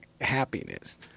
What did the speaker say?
happiness